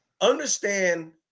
understand